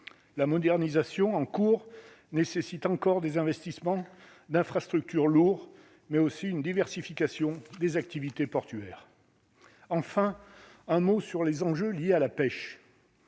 la modernisation en cours nécessitent encore des investissements d'infrastructures lourds mais aussi une diversification des activités portuaires enfin un mot sur les enjeux liés à la pêche,